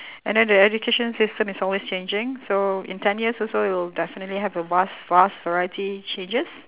and then the education system is always changing so in ten years also it will definitely have a vast vast variety changes